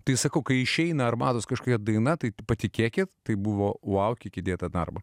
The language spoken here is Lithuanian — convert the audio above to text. tai sakau kai išeina arbatos kažkokia daina tai patikėkit tai buvo vau kiek įdėta darbą